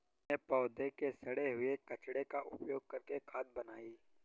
मैंने पौधों के सड़े हुए कचरे का उपयोग करके खाद बनाई